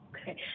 Okay